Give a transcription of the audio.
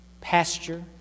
pasture